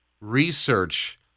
research